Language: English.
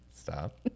stop